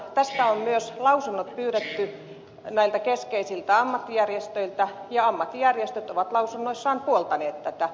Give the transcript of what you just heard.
tästä on myös lausunnot pyydetty näiltä keskeisiltä ammattijärjestöiltä ja ammattijärjestöt ovat lausunnoissaan puoltaneet tätä